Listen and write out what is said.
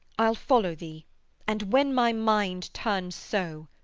i'll follow thee and when my mind turns so,